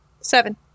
Seven